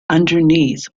underneath